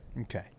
Okay